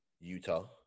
Utah